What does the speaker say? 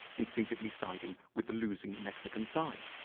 instinctively siding with the losing mexican side,